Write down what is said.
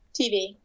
TV